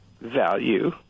value